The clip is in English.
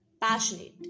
passionate